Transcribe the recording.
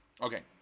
Okay